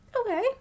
Okay